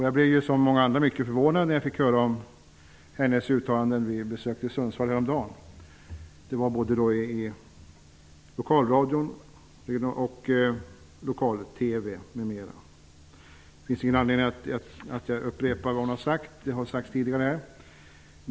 Jag, som många andra, blev mycket förvånad när jag hörde talas om hennes uttalanden, bl.a. i lokalradio och i lokal-TV, när vi häromdagen besökte Sundsvall. Det finns ingen anledning att jag upprepar vad hon sagt; det har sagts tidigare här i dag.